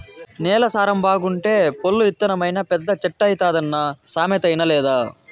నేల సారం బాగుంటే పొల్లు ఇత్తనమైనా పెద్ద చెట్టైతాదన్న సామెత ఇనలేదా